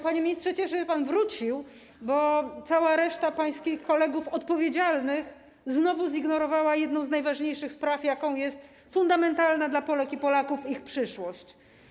Panie ministrze, cieszę się, że pan wrócił, bo cała reszta pańskich odpowiedzialnych kolegów znowu zignorowała jedną z najważniejszych spraw, jaką jest fundamentalna dla Polek i Polaków ich przyszłość.